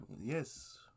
yes